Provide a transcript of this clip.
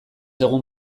egun